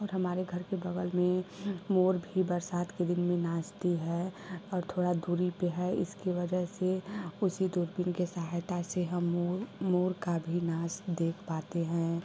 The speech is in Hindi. और हमारे घर के बगल में मोर भी बरसात के दिन में नांचती है और थोड़ा दूरी पर है इसके वजह से उसी दूरबीन के सहायता से हम मोर मोर का भी नाच देख पाते हैं